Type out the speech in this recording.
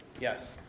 Yes